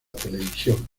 televisión